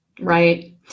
right